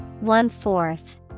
One-fourth